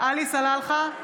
עלי סלאלחה,